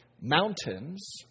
mountains